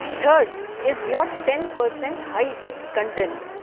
third is your ten percent high risk content.